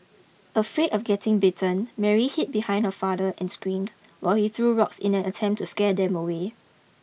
afraid of getting bitten Mary hid behind her father and screamed while he threw rocks in an attempt to scare them away